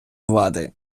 влади